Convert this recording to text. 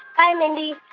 bye, mindy.